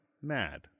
mad